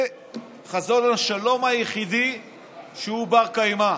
זה חזון השלום היחיד שהוא בר-קיימא.